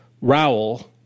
Rowell